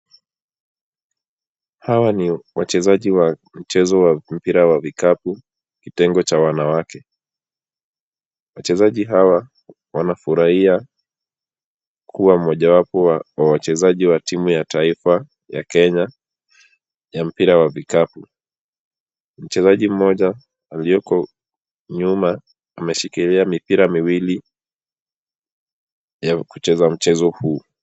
Hawa ni wachezaji wa mchezo wa mpira wa vikapu, kitengo cha wanawake. Wachezaji hawa wanafurahia kuwa mojawapo wa wachezaji wa timu ya taifa ya Kenya ya mpira wa vikapu. Mchezaji mmoja alioko nyuma ameshikilia mipira miwili ya kucheza mchezo huu.